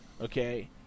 Okay